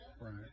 Right